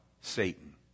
Satan